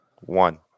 One